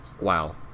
Wow